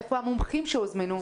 איפה המומחים שהוזמנו?